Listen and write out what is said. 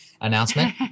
announcement